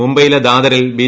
മുംബൈയിലെ ദാദറിൽ ബി